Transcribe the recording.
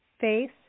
face